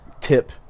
tip